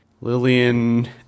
Lillian